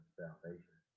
salvation